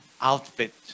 outfit